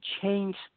change